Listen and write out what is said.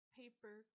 paper